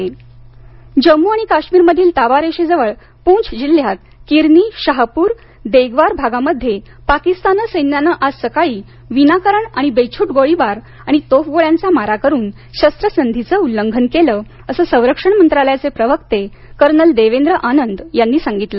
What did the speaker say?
जम्मू काश्मीर शस्त्रसंधी उल्लंघन जम्मू आणि काश्मीरमधील ताबा रेषेजवळ पूंछ जिल्ह्यात किरनी शाहपूर आणि देग्वार भागामध्ये पाकिस्तानी सैन्यान आज सकाळी विनाकारण आणि बेछूट गोळीबार आणि तोफगोळ्यांचा मारा करून शस्त्रसंधीचं उल्लंघन केलं असं संरक्षण मंत्रालयाचे प्रवक्ते कर्नल देवेंद्र आनंद यांनी सांगितलं